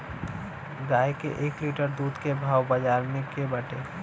गाय के एक लीटर दूध के भाव बाजार में का बाटे?